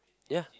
ya